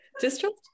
distrust